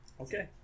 Okay